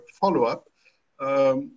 follow-up